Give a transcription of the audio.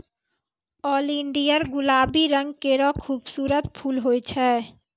oleander गुलाबी रंग केरो खूबसूरत फूल होय छै